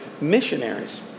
missionaries